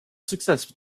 success